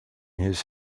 his